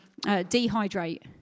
dehydrate